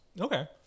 Okay